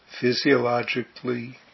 physiologically